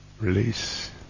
Release